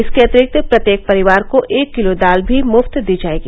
इसके अतिरिक्त प्रत्येक परिवार को एक किलो दाल भी मुफ्त दी जाएगी